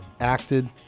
acted